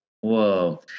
Whoa